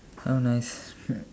how nice